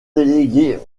délégués